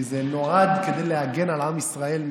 כי זה נועד להגן על עם ישראל מכם.